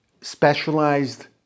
specialized